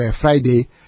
Friday